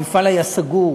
המפעל היה סגור.